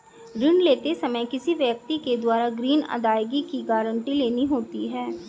ऋण लेते समय किसी व्यक्ति के द्वारा ग्रीन अदायगी की गारंटी लेनी होती है